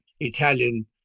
Italian